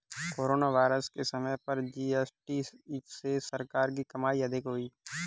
corona virus के समय पर जी.एस.टी से सरकार की कमाई अधिक हुई